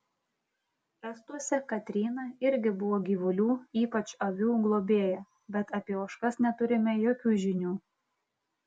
estuose katryna irgi buvo gyvulių ypač avių globėja bet apie ožkas neturime jokių žinių